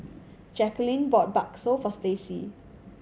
Jacalyn bought bakso for Staci